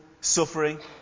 suffering